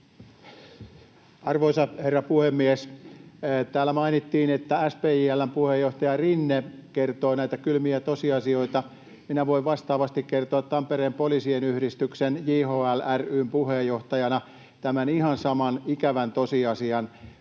Arvoisa herra puhemies! Täällä mainittiin, että SPJL:n puheenjohtaja Rinne kertoi näitä kylmiä tosiasioita. Minä voin vastaavasti kertoa Tampereen poliisien yhdistys JHL ry:n puheenjohtajana ihan saman ikävän tosiasian.